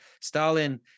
Stalin